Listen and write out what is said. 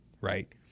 right